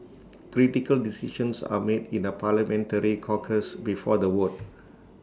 critical decisions are made in A parliamentary caucus before the vote